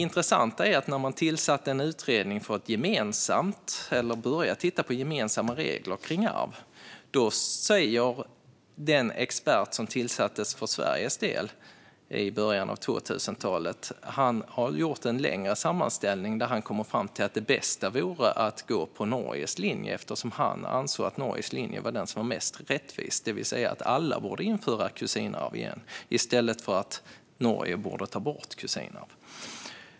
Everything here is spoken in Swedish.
När man tillsatte en utredning för att börja titta på gemensamma regler kring arv kom den expert som tillsattes för Sveriges del i början av 2000-talet, och som hade gjort en längre sammanställning, fram till att det bästa vore att gå på Norges linje, eftersom han ansåg att Norges linje var den mest rättvisa, det vill säga att alla borde införa kusinarv igen i stället för att Norge borde ta bort kusinarv.